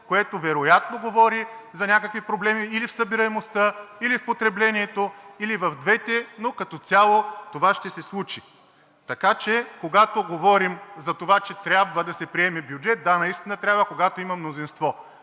което вероятно говори за някакви проблеми или в събираемостта, или в потреблението, или в двете, но като цяло това ще се случи. Така че когато говорим, че трябва да се приеме бюджет – да, наистина трябва, когато има мнозинство.